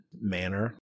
manner